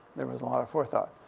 there was a lot of forethought.